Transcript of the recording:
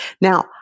Now